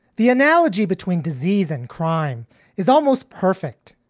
the analogy between disease and crime is almost perfect.